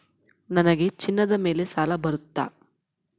ನನಗೆ ಚಿನ್ನದ ಮೇಲೆ ಸಾಲ ಬರುತ್ತಾ?